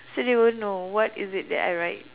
so they won't know what is it that I write